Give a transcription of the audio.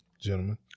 Gentlemen